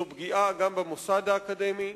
זו פגיעה גם במוסד האקדמי,